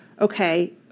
okay